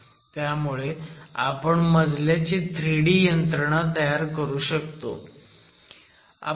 त्यामुळे आपण मजल्याची 3D यंत्रणा तयार करू शकतो